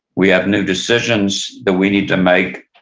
we have new decisions that we need to make.